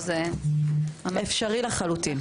זה אפשרי לחלוטין.